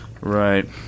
Right